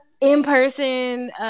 in-person